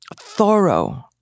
thorough